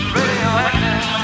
radioactive